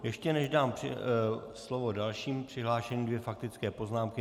Ještě než dám slovo dalšímu přihlášenému, dvě faktické poznámky.